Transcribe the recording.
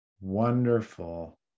wonderful